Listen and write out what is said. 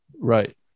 Right